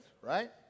right